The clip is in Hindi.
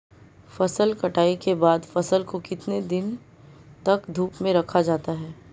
फसल कटाई के बाद फ़सल को कितने दिन तक धूप में रखा जाता है?